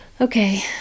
Okay